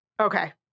Okay